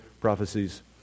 prophecies